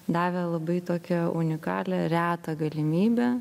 davė labai tokią unikalią retą galimybę